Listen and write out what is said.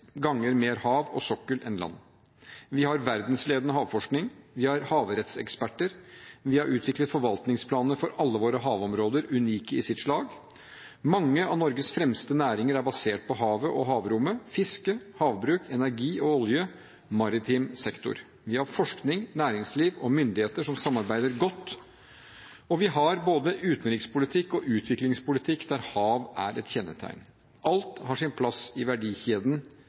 ganger mer hav og sokkel enn land. Vi har verdensledende havforskning, vi har havrettseksperter, vi har utviklet forvaltningsplaner for alle våre havområder, unike i sitt slag, og mange av Norges fremste næringer er basert på havet og havrommet: fiske, havbruk, energi og olje og maritim sektor. Vi har forskning, næringsliv og myndigheter som samarbeider godt, og vi har både utenrikspolitikk og utviklingspolitikk der hav er et kjennetegn. Alt har sin plass i verdikjeden: